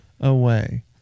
away